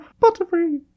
Butterfree